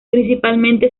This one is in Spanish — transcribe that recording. principalmente